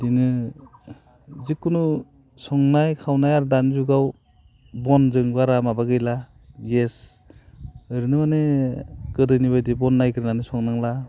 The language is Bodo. इदिनो जिखुनु संनाय खावनाया दानि जुगाव बनजों बारा माबा गैला गेस ओरैनो माने गोदोनि बायदि बन नागिरनानै संनांला